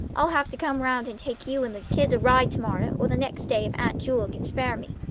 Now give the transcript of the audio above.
i'll have to come round and take you and the kids a ride to-morrow or the next day if aunt jewel can spare me.